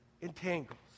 entangles